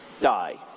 die